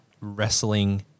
wrestling